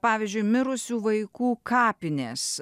pavyzdžiui mirusių vaikų kapinės